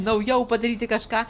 naujau padaryti kažką